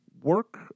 Work